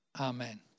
Amen